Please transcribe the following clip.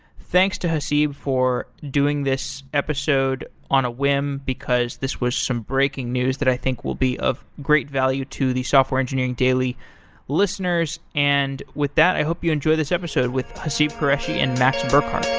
thanks to hasseb for doing this episode on a whim because this was some breaking news that i think will be of great value to the software engineering daily listeners. and with that, i hope you enjoy this episode with haseeb qureshi and max burkhardt